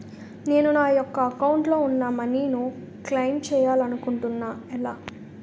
నేను నా యెక్క అకౌంట్ లో ఉన్న మనీ ను క్లైమ్ చేయాలనుకుంటున్నా ఎలా?